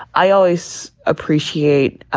i always appreciate ah